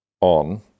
on